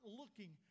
looking